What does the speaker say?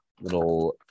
little